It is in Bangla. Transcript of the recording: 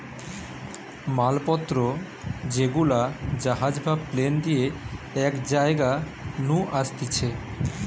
মাল পত্র যেগুলা জাহাজ বা প্লেন দিয়ে এক জায়গা নু আসতিছে